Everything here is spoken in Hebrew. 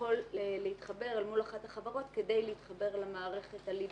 יכול להתחבר מול אחת החברות כדי להתחבר למערכת הליבה,